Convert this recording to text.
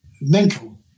mental